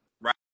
right